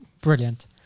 Brilliant